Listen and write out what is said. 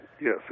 Yes